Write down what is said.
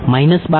minus બાકી